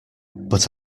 but